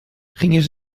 gingen